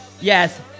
Yes